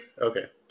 Okay